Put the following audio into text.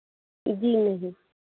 जी नहीं